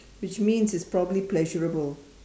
which means it's probably pleasurable